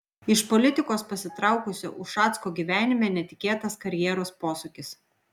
iš politikos pasitraukusio ušacko gyvenime netikėtas karjeros posūkis